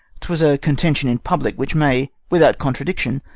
twas a contention in public, which may, without contradiction,